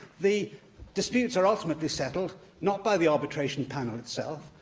the disputes are ultimately settled not by the arbitration panel itself,